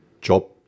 job